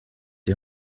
die